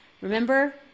Remember